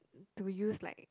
to use like